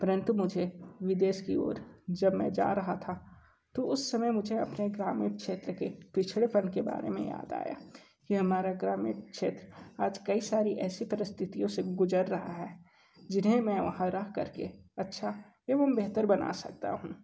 परंतु मुझे विदेश की ओर जब मैं जा रहा था तो उस समय मुझे अपने ग्रामीण क्षेत्र के पिछड़ेपन के बारे में याद आया कि हमारा ग्रामीण क्षेत्र आज कई सारी ऐसी परिस्थितियों से गुज़र रहा है जिन्हें मैं वहाँ रह कर के अच्छा एवं बेहतर बना सकता हूँ